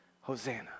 Hosanna